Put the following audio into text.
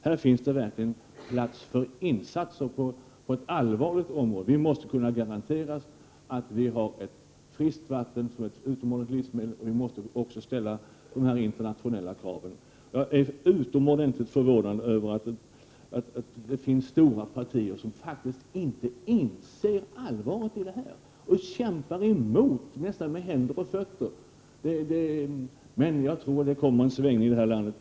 Här finns plats för allvarliga insatser på detta område. Vi måste kunna garantera ett friskt vatten, som är ett utomordentligt livsmedel, och vi måste också ställa dessa internationella krav. Jag är utomordentligt förvånad över att det finns stora partier som inte inser allvaret i detta och kämpar emot med händer och fötter. Men jag tror det kommer en omsvängning här i landet.